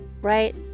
Right